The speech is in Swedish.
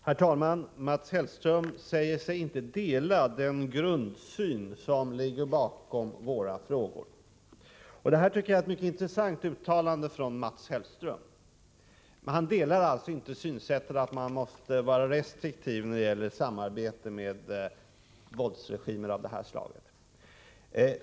Herr talman! Mats Hellström säger sig inte dela den grundsyn som ligger bakom våra frågor. Det tycker jag är ett mycket intressant uttalande. Han delar alltså inte synsättet att man måste vara restriktiv när det gäller samarbete med våldsregimer av det här slaget.